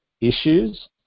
issues